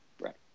Right